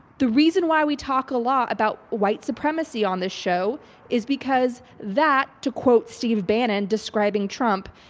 the reason why we talk a lot about white supremacy on this show is because that, to quote steve bannon describing trump,